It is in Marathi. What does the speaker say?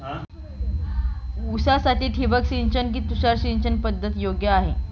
ऊसासाठी ठिबक सिंचन कि तुषार सिंचन पद्धत योग्य आहे?